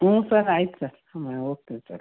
ಹ್ಞೂ ಸರ್ ಆಯ್ತು ಸರ್ ಹ್ಞೂ ಹೋಗ್ತೀನಿ ಸರ್